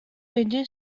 aînée